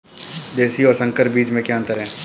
देशी और संकर बीज में क्या अंतर है?